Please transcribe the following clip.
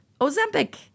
Ozempic